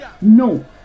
no